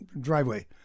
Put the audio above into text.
driveway